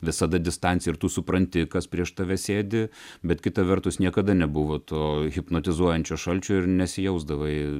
visada distancija ir tu supranti kas prieš tave sėdi bet kita vertus niekada nebuvo to hipnotizuojančio šalčio ir nesijausdavai